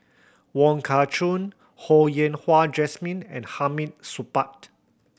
Wong Kah Chun Ho Yen Wah Jesmine and Hamid Supaat